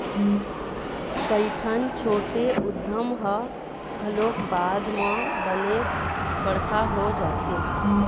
कइठन छोटे उद्यम ह घलोक बाद म बनेच बड़का हो जाथे